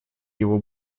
его